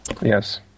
Yes